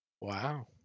Wow